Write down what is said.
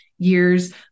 years